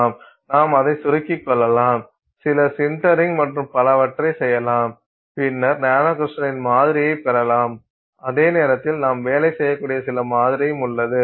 நாம் அதைச் சுருக்கிக் கொள்ளலாம் சில சின்டரிங் மற்றும் பலவற்றைச் செய்யலாம் பின்னர் நானோகிரிஸ்டலின் மாதிரியைப் பெறலாம் அதே நேரத்தில் நாம் வேலை செய்யக்கூடிய சில மாதிரியும் உள்ளது